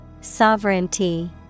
Sovereignty